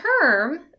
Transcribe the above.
term